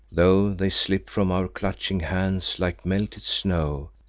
though they slip from our clutching hands like melted snow,